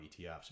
ETFs